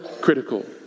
critical